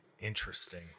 Interesting